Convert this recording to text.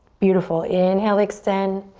beautiful. inhale, extend.